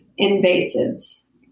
invasives